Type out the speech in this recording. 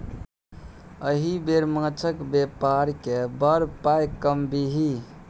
एहि बेर माछक बेपार कए बड़ पाय कमबिही